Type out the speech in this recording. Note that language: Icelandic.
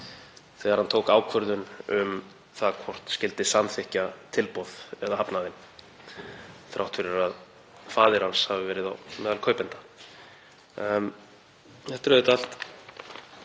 þegar hann tók ákvörðun um það hvort skyldi samþykkja tilboð eða hafna þeim, þrátt fyrir að faðir hans hafi verið á meðal kaupenda. Þetta er auðvitað allt